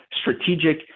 strategic